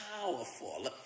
powerful